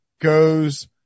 goes